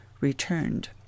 returned